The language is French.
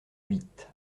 huit